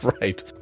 Right